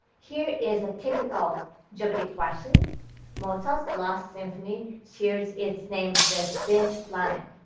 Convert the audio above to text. here is a typical jeopardy! question mozart's last symphony shares its name with this planet.